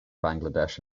bangladesh